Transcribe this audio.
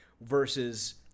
versus